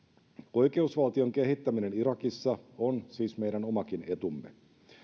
oikeusvaltion kehittäminen irakissa on siis meidän omakin etumme